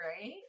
right